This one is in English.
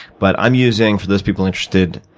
but i'm using, for those people interested,